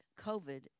COVID